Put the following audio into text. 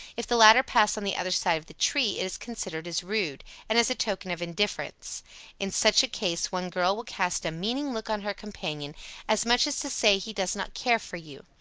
if the latter pass on the other side of the tree it is considered as rude, and as a token of indifference in such a case one girl will cast a meaning look on her companion as much as to say, he does not care for you.